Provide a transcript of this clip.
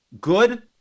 good